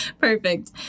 Perfect